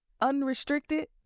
Unrestricted